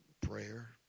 prayer